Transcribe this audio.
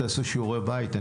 תעשו שיעורי בית.